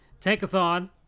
Tankathon